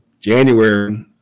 January